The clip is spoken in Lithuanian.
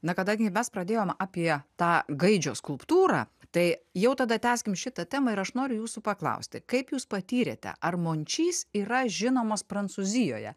na kada gi mes pradėjom apie tą gaidžio skulptūra tai jau tada tęskim šitą temą ir aš noriu jūsų paklausti kaip jūs patyrėte ar mončys yra žinomas prancūzijoje